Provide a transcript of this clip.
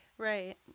Right